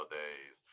days